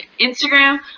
Instagram